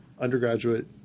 undergraduate